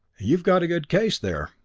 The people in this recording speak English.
you've got a good case there.